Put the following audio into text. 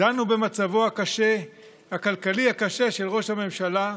דנו במצבו הכלכלי הקשה של ראש הממשלה.